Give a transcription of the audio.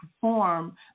perform